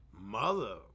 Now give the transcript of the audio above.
Mother